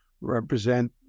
represent